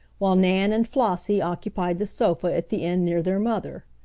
while nan and flossie occupied the sofa at the end near their mother.